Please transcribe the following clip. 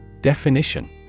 Definition